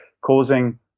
causing